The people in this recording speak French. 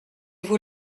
vous